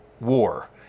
war